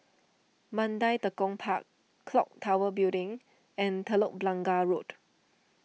Mandai Tekong Park Clock Tower Building and Telok Blangah Road